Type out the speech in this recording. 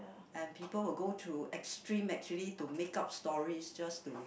and people will go to extreme actually to make up story just to